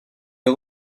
est